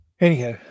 Anyhow